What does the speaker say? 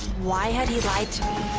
why had he lied to